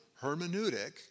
hermeneutic